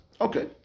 Okay